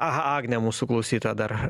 aha agnė mūsų klausytoja dar